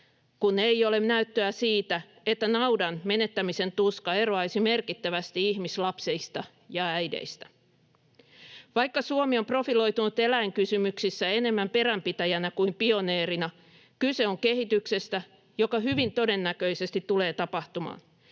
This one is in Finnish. kun ei ole näyttöä siitä, että naudan menettämisen tuska eroaisi merkittävästi ihmislapsista ja -äideistä. Vaikka Suomi on profiloitunut eläinkysymyksissä enemmän peränpitäjänä kuin pioneerina, kyse on kehityksestä, joka hyvin todennäköisesti tulee tapahtumaan.